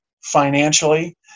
financially